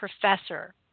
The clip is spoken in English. professor